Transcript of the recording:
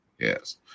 Yes